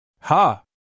Ha